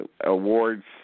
awards